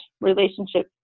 relationship